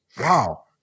Wow